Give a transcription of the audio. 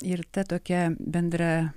ir ta tokia bendra